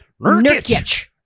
Nurkic